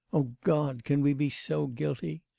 o god, can we be so guilty!